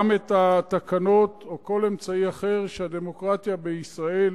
גם את התקנות או כל אמצעי אחר שהדמוקרטיה בישראל